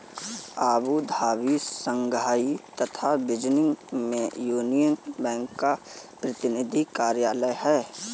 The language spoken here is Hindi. अबू धाबी, शंघाई तथा बीजिंग में यूनियन बैंक का प्रतिनिधि कार्यालय है?